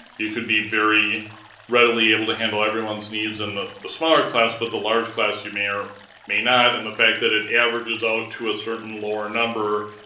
you could be very readily able to handle everyone's needs and in the smaller class, but the large class, you may or may not, and the fact that it averages out to a certain lower number.